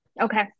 Okay